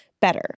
better